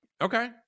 okay